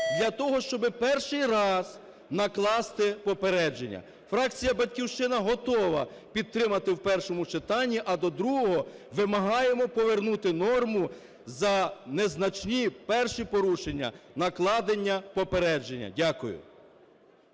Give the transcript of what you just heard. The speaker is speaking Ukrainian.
для того, щоб перший раз накласти попередження? Фракція "Батьківщина" готова підтримати в першому читанні, а до другого вимагаємо повернути норму: за незначні перші порушення – накладення попередження. Дякую.